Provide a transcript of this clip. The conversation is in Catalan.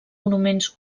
monuments